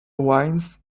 wines